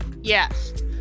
Yes